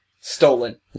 Stolen